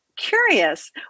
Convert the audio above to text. Curious